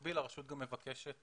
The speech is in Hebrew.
ובמקביל הרשות גם מבקשת